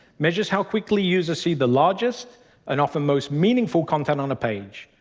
measures how quickly users see the largest and often most meaningful content on a page,